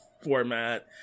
format